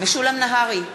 משולם נהרי,